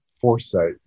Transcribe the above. foresight